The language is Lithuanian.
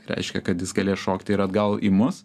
reiškia kad jis galės šokti ir atgal į mus